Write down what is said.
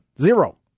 Zero